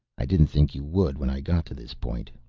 i didn't think you would when i got to this point.